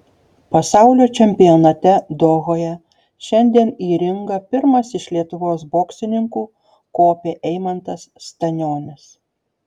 pasaulio čempionate dohoje šiandien į ringą pirmas iš lietuvos boksininkų kopė eimantas stanionis